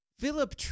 Philip